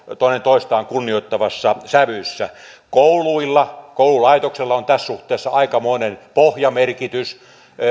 toinen toistaan kunnioittavassa sävyssä kouluilla koululaitoksella on tässä suhteessa aikamoinen pohjamerkitys